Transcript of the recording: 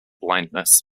blindness